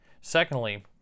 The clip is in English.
Secondly